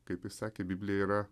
kaip jis sakė biblija yra